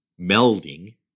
melding